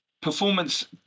performance